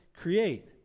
create